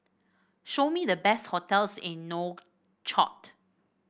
show me the best hotels in Nouakchott